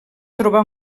trobar